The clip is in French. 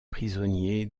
prisonniers